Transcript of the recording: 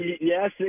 Yes